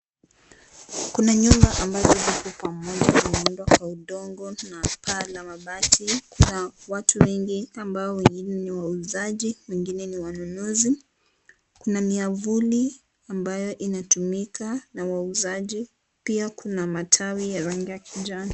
Kuna nyumba ambazo ziko pamoja zimeundwa kwa udongo na paa la mabati, kuna watu wengi ambao wengine ni wauzaji wengine ni wanunuzi, kuna miavuli ambayo inatumika na wauzaji pia kuna matawi ya rangi ya kijani.